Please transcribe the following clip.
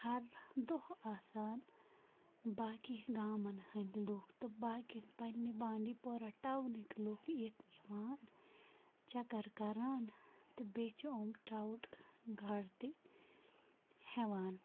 ہَر دۄہ آسان باقٕے گامَن ہٕنٛد لُکھ تہٕ باقِیَن پنٛنہِ بانٛڈی پورہ ٹاونٕکۍ لُکھ ییٚتہِ یِوان چَکر کَران تہِ بیٚیہِ چھِ یِم ٹرٛاوُٹ گاڈٕ تہِ ہٮ۪وان